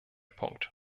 punkt